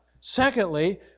Secondly